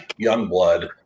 Youngblood